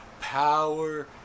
power